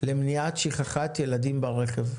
למניעת שכחת ילדים ברכב,